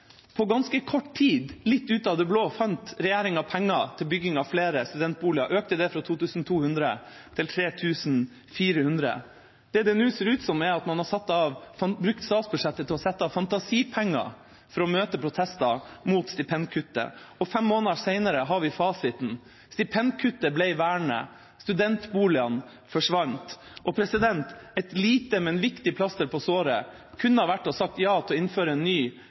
På ganske kort tid, litt ut av det blå, fant regjeringa penger til bygging av flere studentboliger og økte det fra 2 200 til 3 400. Det det nå ser ut som, er at man har brukt statsbudsjettet til å sette av fantasipenger for å møte protester mot stipendkuttet, og fem måneder senere har vi fasiten: Stipendkuttet ble vernet. Studentboligene forsvant. Et lite, men viktig plaster på såret kunne ha vært å si ja til en ny